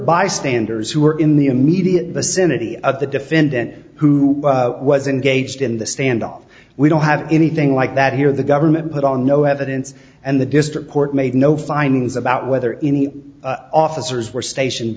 bystanders who were in the immediate vicinity of the defendant who was engaged in the standoff we don't have anything like that here the government put on no evidence and the district court made no findings about whether any officers were stationed